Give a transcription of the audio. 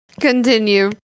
Continue